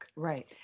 Right